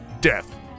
Death